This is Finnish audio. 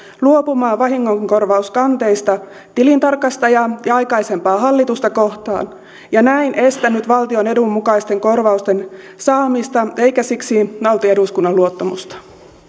luopumaan vahingonkorvauskanteista tilintarkastajaa ja aikaisempaa hallitusta kohtaan ja näin estänyt valtion edun mukaisten korvausten saamista eikä siksi nauti eduskunnan luottamusta